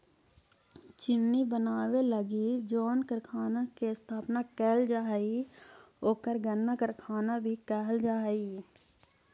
चीनी बनावे लगी जउन कारखाना के स्थापना कैल जा हइ ओकरा गन्ना कारखाना भी कहल जा हइ